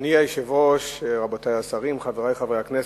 אדוני היושב-ראש, רבותי השרים, חברי חברי הכנסת,